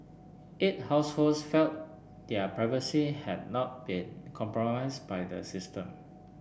eight households felt their privacy had not been compromised by the system